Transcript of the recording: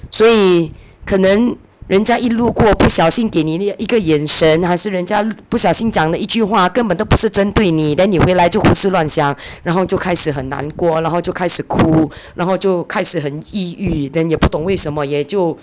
所以可能人家一路过不小心给你那一个眼神还是人家不小心讲的一句话根本都不是针对你 then 你回来就胡思乱想然后就开始很难过然后就开始哭然后就开始很抑郁 then 也不懂为什么也就